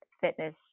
fitness